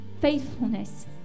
faithfulness